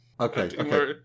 Okay